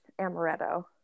amaretto